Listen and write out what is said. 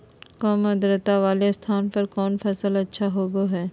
काम आद्रता वाले स्थान पर कौन फसल अच्छा होबो हाई?